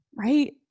right